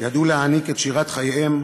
ידעו להעניק את שירת חייהם,